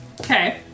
Okay